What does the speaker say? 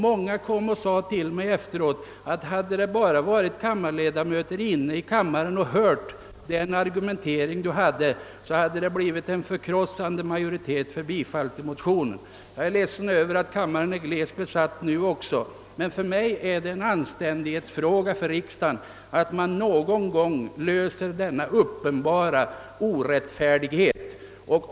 Många sade till mig efteråt, att hade det bara varit fler ledamöter inne i kammaren och hört min argumentering, så hade det blivit en förkrossande majoritet för ett bifall till motionen. Jag är ledsen över att kammaren är glest besatt nu också. För mig framstår det som en anständighetsfråga för riksdagen att någon gång avskaffa denna uppenbara orättfärdighet.